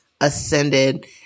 ascended